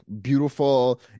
beautiful